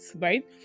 right